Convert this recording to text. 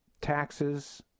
taxes